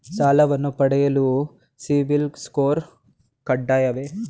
ಸಾಲವನ್ನು ಪಡೆಯಲು ಸಿಬಿಲ್ ಸ್ಕೋರ್ ಕಡ್ಡಾಯವೇ?